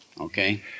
Okay